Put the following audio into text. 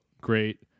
great